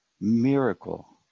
miracle